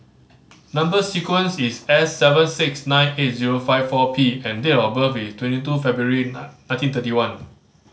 number sequence is S seven six nine eight zero five four P and date of birth is twenty two February nineteen thirty one